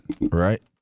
right